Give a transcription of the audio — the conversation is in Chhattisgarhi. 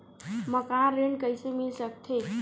मकान ऋण कइसे मिल सकथे?